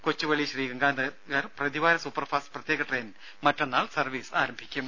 കൊച്ചുവേളി ശ്രീ ഗംഗാനഗർ പ്രതിവാര സൂപ്പർഫാസ്റ്റ് പ്രത്യേക ട്രെയിൻ മറ്റന്നാൾ സർവീസ് ആരംഭിക്കും